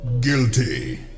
Guilty